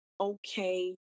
okay